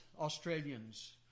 Australians